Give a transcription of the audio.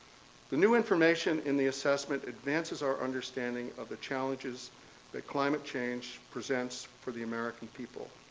the new information in the assessment advances our understanding of the challenges that climate change presents for the american people.